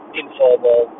informal